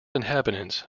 inhabitants